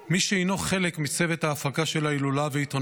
מי שהינו חלק מצוות ההפקה של ההילולה ועיתונאים,